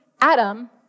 Adam